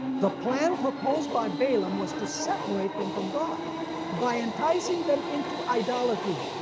the plan proposed by balaam was to separate them from god by enticing them into idolatry.